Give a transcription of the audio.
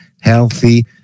healthy